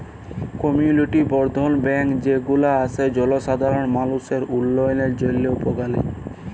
community বর্ধল bank যে গুলা আসে জলসাধারল মালুষের উল্যয়নের জন্হে উপকারী